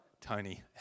Tony